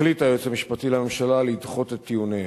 החליט היועץ המשפטי לממשלה לדחות את טיעוניהם.